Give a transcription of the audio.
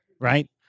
Right